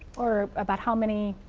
or about how many,